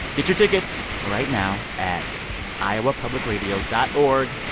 get your tickets right now at iowapublicradio dot org,